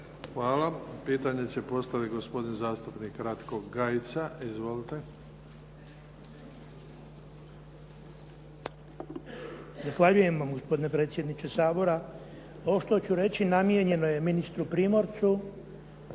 Hvala. Pitanje će postaviti gospodin zastupnik Ratko Gajica. Izvolite. **Gajica, Ratko (SDSS)** Zahvaljujem vam gospodine predsjedniče Sabora. Ovo što ću reći namijenjeno je ministru Primorcu.